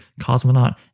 cosmonaut